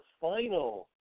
final